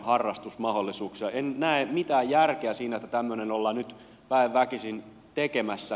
en näe mitään järkeä siinä että tämmöinen ollaan nyt väen väkisin tekemässä